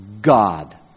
God